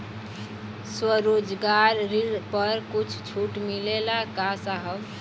स्वरोजगार ऋण पर कुछ छूट मिलेला का साहब?